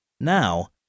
Now